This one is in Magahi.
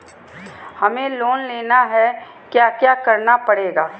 हमें लोन लेना है क्या क्या करना पड़ेगा?